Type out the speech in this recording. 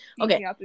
Okay